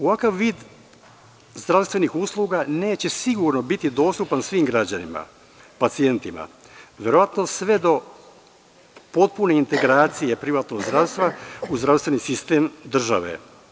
Ovakav vid zdravstvenih usluga neće sigurno biti dostupan svim građanima, pacijentima, verovatno sve do potpune integracije privatnog zdravstva u zdravstveni sistem države.